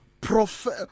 prophet